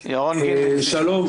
שלום.